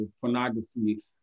pornography